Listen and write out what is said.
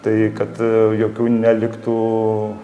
tai kad jokių neliktų